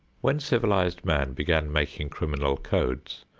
when civilized man began making criminal codes,